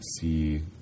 see